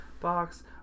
Box